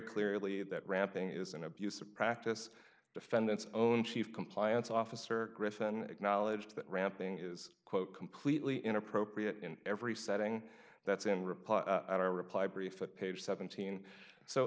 clearly that ramping is an abuse of practice defendant's own chief compliance officer griffin acknowledged that ramping is quote completely inappropriate in every setting that's in reply i reply brief but page seventeen so